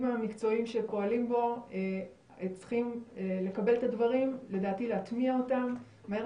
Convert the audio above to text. המקצועיים שפועלים בו צריכים לקבל את הדברים ולדעתי להטמיע אותם מהר